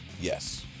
Yes